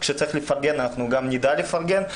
כשצריך לפרגן, אנחנו גם נדע לפרגן.